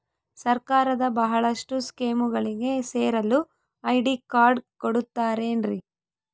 ಸರ್ಕಾರದ ಬಹಳಷ್ಟು ಸ್ಕೇಮುಗಳಿಗೆ ಸೇರಲು ಐ.ಡಿ ಕಾರ್ಡ್ ಕೊಡುತ್ತಾರೇನ್ರಿ?